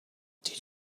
did